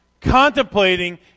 contemplating